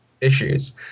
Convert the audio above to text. issues